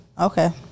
Okay